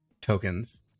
tokens